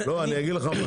לא אני אגיד לך מה.